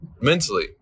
mentally